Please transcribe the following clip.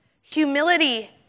humility